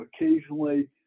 occasionally